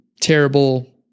terrible